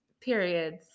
periods